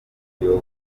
kiyovu